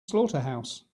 slaughterhouse